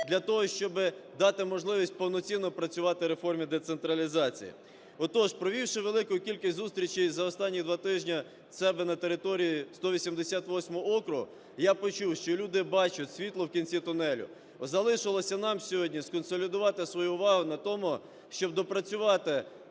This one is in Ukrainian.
для того, щоби дати можливість повноцінно працювати реформі децентралізації. Отож, провівши велику кількість зустрічей за останні два тижня у себе на території 188 округу, я почув, що люди бачать світло в кінці тунелю. Залишилося нам сьогодні сконсолідувати свою увагу на тому, щоб доопрацювати